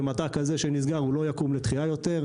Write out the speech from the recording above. ומטע כזה שנסגר לא יקום לתחייה יותר.